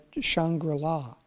Shangri-La